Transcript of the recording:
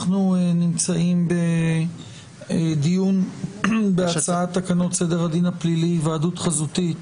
אנחנו נמצאים בדיון בהצעת תקנות סדר הדין הפלילי (היוועדות חזותית)